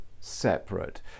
separate